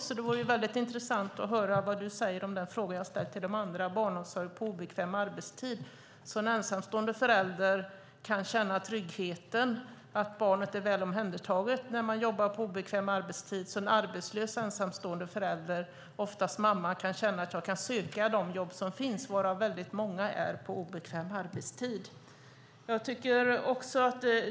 Därför vore det intressant att höra vad du, Roland Utbult, säger om barnomsorg på obekväm arbetstid, något som jag även frågat andra debattörer om, så att en ensamstående förälder kan känna tryggheten i att barnet är väl omhändertaget när han eller hon jobbar på obekväm arbetstid eller så att en arbetslös ensamstående förälder, oftast mamman, känner att hon kan söka de jobb som finns, varav många är på obekväm arbetstid.